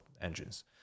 engines